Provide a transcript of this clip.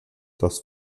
das